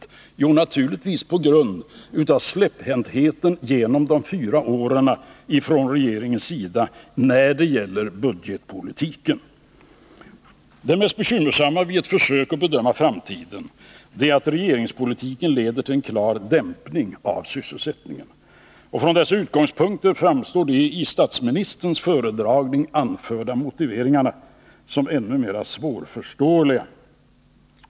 Jo, det är naturligtvis på grund av släpphäntheten från regeringens sida när det gällt budgetpolitiken under de här fyra åren. Det mest bekymmersamma vid ett försök att bedöma framtiden är att regeringspolitiken leder till en klar dämpning av sysselsättningen. Från dessa utgångspunkter framstår de i statsministerns föredragning anförda motiveringarna som ännu mer svårförståeliga.